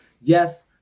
yes